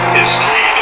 History